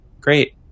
great